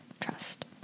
Trust